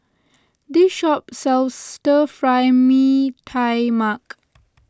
this shop sells Stir Fry Mee Tai Mak